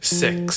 six